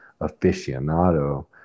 aficionado